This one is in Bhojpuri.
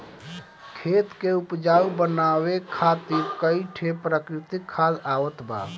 खेत के उपजाऊ बनावे खातिर कई ठे प्राकृतिक खाद आवत बा